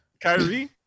Kyrie